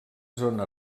zona